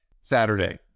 Saturday